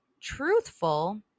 truthful